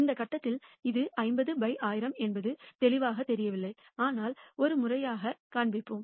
இந்த கட்டத்தில் இது 50 by 1000 என்பது தெளிவாகத் தெரியவில்லை ஆனால் இதை முறையாக காண்பிப்போம்